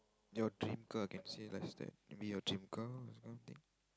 your dream car can say less that be your dream car